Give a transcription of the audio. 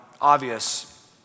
obvious